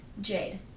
Jade